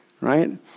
right